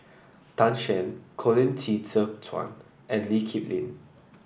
Tan Shen Colin Qi Zhe Quan and Lee Kip Lin